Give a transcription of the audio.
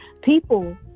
People